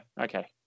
Okay